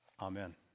Amen